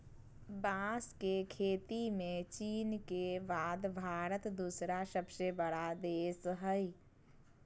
बांस के खेती में चीन के बाद भारत दूसरा सबसे बड़ा देश हइ